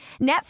Netflix